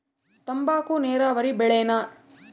ತಂಬಾಕು ನೇರಾವರಿ ಬೆಳೆನಾ?